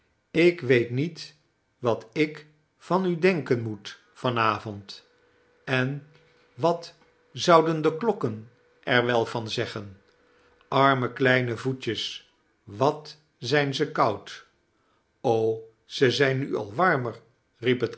ik weet niet wat ik van u denken moet van avond en wat zouden de klokken er wel van zeggen aline kleine voetjes wat zijn ze koud ze zijn nu al warmer